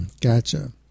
gotcha